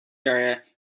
area